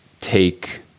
take –